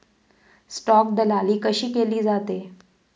Stock दलाली कशी केली जाते?